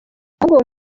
ahubwo